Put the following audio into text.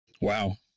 Wow